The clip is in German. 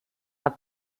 hat